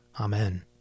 Amen